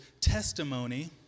testimony